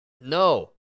No